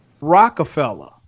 Rockefeller